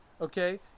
okay